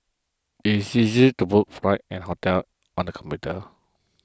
it is easy to book flights and hotels on the computer